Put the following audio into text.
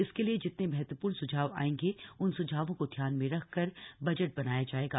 इसके लिए जितने महत्वपूर्ण सुझाव आयेंगे उन सुझावों को ध्यान में रखकर बजट बनाया जायेगा